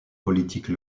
politiques